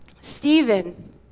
Stephen